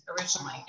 originally